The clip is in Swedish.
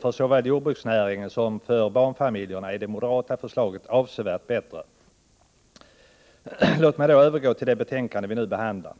För såväl jordbruksnäringen som barnfamiljerna borde det moderata förslaget vara avsevärt bättre. Låt mig så övergå till det betänkande som vi nu behandlar.